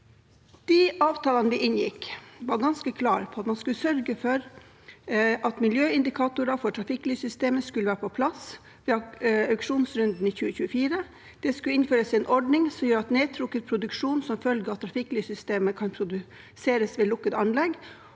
De avtalene vi inngikk, var ganske klare på at man skulle sørge for at miljøindikatorer for trafikklyssystemet skulle være på plass ved auksjonsrunden i 2024. Det skulle innføres en ordning som gjør at nedtrukket produksjon som følge av trafikklyssystemet kan produseres ved lukkede anlegg,